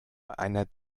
einer